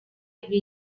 ivy